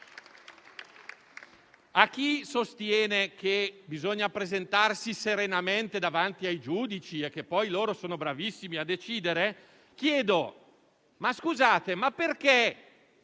A chi sostiene che bisogna presentarsi serenamente davanti ai giudici e che poi loro sono bravissimi a decidere, chiedo perché